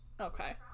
okay